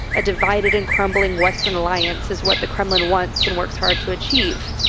a divided and crumbling western alliance is what the kremlin wants and works hard to achieve.